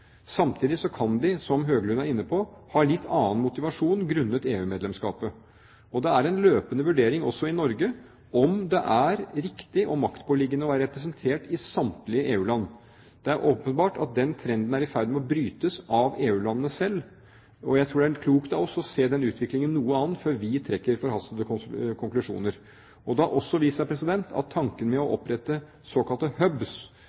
Samtidig kan de, som Høglund var inne på, ha en litt annen motivasjon grunnet EU-medlemskapet. Det er en løpende vurdering også i Norge om det er riktig og maktpåliggende å være representert i samtlige EU-land. Det er åpenbart at den trenden er i ferd med å brytes av EU-landene selv, og jeg tror det er klokt av oss å se den utviklingen noe an før vi trekker forhastede konklusjoner. Det har også vist seg at tanken om å